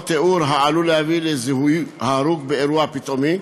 תיאור העלול להביא לזיהוי ההרוג באירוע פתאומי